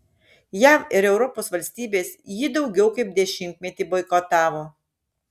jav ir europos valstybės jį daugiau kaip dešimtmetį boikotavo